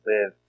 live